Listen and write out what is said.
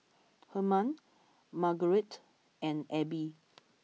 Hermann Margarette and Abbie